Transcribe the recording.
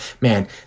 man